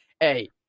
hey